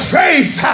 faith